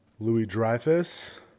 Louis-Dreyfus